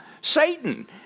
Satan